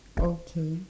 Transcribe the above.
okay